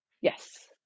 Yes